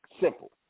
Simple